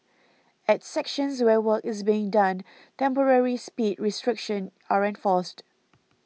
at sections where work is being done temporary speed restrictions are enforced